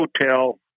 Hotel